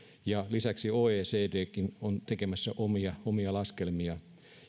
ja lisäksi oecdkin on tekemässä omia omia laskelmiaan